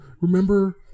remember